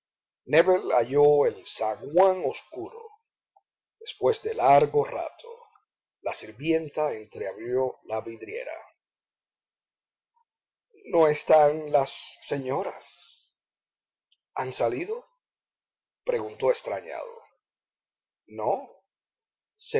el zaguán oscuro después de largo rato la sirvienta entreabrió la vidriera no están las señoras han salido preguntó extrañado no se